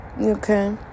okay